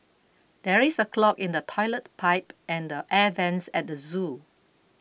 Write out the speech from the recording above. there is a clog in the Toilet Pipe and the Air Vents at the zoo